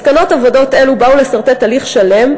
מסקנות עבודות אלו באו לסרטט הליך שלם,